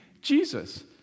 Jesus